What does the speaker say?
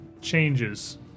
changes